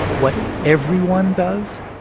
what everyone does.